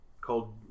called